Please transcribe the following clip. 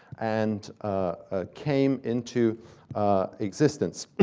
and ah came into existence.